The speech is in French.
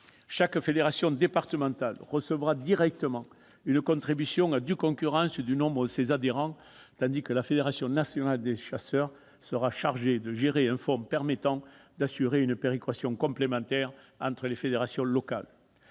Chaque fédération départementale recevra directement cette contribution à due concurrence du nombre de ses adhérents, tandis que la Fédération nationale des chasseurs sera chargée de gérer un fonds permettant d'assurer une péréquation complémentaire entre fédérations locales.